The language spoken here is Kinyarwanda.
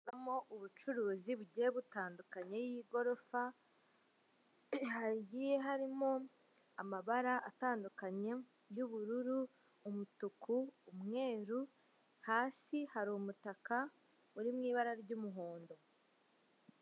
Harimo ubucuruzi bugiye butandukanye y'igorofa hagiye harimo amabara atandukanye y'ubururu, umutuku, umweru hasi hari umutaka uri mu ibara ry'umuhondo.